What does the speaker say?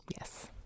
Yes